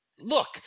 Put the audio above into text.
Look